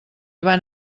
vam